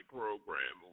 program